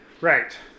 Right